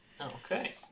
Okay